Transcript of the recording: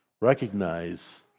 recognize